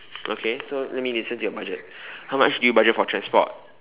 okay so let me listen to your budget how much did you budget for transport